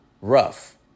rough